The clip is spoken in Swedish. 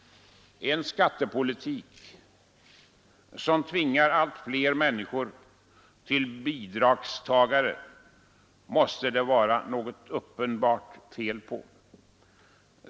En skattepolitik som tvingar allt fler människor att bli bidragstagare måste det uppenbarligen vara något fel på.